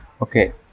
okay